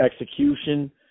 execution